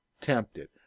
tempted